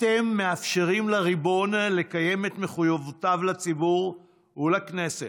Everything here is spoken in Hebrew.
אתם מאפשרים לריבון לקיים את מחויבותו לציבור ולכנסת.